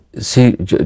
see